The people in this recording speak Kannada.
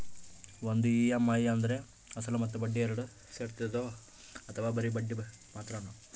ಒಂದು ಇ.ಎಮ್.ಐ ಅಂದ್ರೆ ಅಸಲು ಮತ್ತೆ ಬಡ್ಡಿ ಎರಡು ಸೇರಿರ್ತದೋ ಅಥವಾ ಬರಿ ಬಡ್ಡಿ ಮಾತ್ರನೋ?